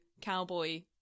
cowboy